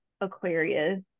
Aquarius